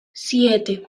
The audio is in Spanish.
siete